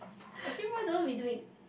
actually why don't we do it